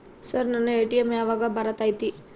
Sir ನನ್ನ ATM ಯಾವಾಗ ಬರತೈತಿ?